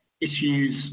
issues